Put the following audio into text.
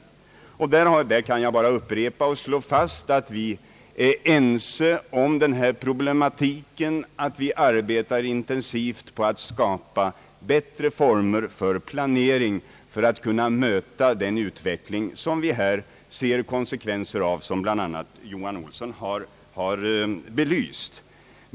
Jag kan bara upprepa och slå fast att vi är ense om dessa problem och att vi arbetar intensivt på att skapa bättre former för planering för att kunna möta den utveckling som vi här ser de konsekvenser av, vilka bl.a. Johan Olsson har belyst.